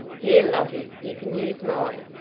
here, lottie, you can use mine.